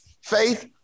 faith